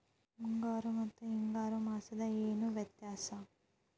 ಮುಂಗಾರು ಮತ್ತ ಹಿಂಗಾರು ಮಾಸದಾಗ ಏನ್ ವ್ಯತ್ಯಾಸ?